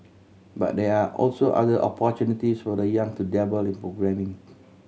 but there are also other opportunities for the young to dabble in programming